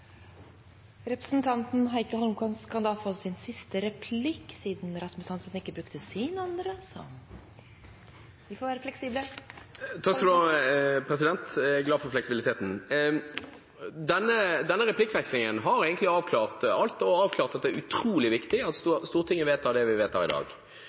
Representanten Heikki Eidsvoll Holmås får en siste replikk, siden representanten Rasmus Hansson ikke brukte sin andre replikk. Vi får være fleksible. Takk, jeg er glad for fleksibiliteten. Denne replikkvekslingen har egentlig avklart alt, og avklart at det er utrolig viktig at Stortinget vedtar det vi vedtar i dag.